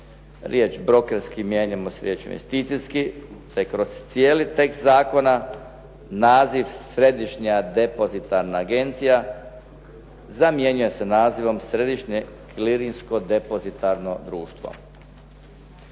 riječ “brokerski“ mijenjamo sa riječju “investicijski“, te kroz tekst zakona naziv “Središnja depozitarna agencija“ zamjenjuje se nazivom “Središnje kliničko depozitarno društvo.“